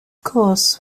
course